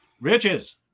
Riches